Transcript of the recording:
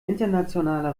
internationale